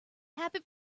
happy